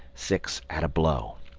six at a blow.